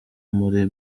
muri